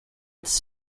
its